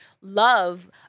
love